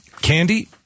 candy